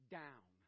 down